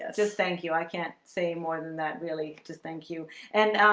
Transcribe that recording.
just thank you i can't say more than that really just thank you and